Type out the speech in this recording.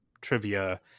trivia